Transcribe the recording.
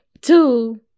Two